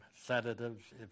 sedatives